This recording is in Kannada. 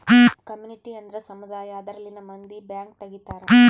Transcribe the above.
ಕಮ್ಯುನಿಟಿ ಅಂದ್ರ ಸಮುದಾಯ ಅದರಲ್ಲಿನ ಮಂದಿ ಬ್ಯಾಂಕ್ ತಗಿತಾರೆ